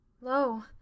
Lo